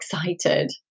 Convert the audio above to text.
excited